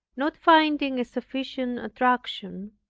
not finding a sufficient attraction,